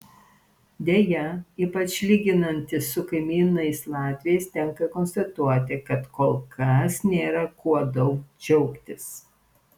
deja ypač lyginantis su kaimynais latviais tenka konstatuoti kad kol kas nėra kuo daug džiaugtis